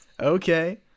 Okay